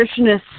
nutritionists